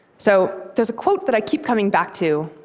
so there's a quote that i keep coming back to,